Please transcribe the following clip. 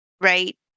right